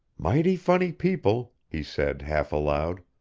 mighty funny people, he said half aloud.